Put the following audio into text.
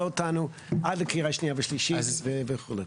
אותנו עד לקריאה השנייה והשלישית וכו'.